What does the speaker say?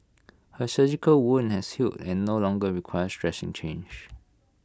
her surgical wound has healed and no longer requires dressing change